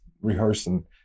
rehearsing